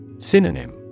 Synonym